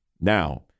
Now